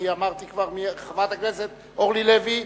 אני אמרתי כבר: חברת הכנסת אורלי לוי,